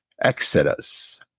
Exodus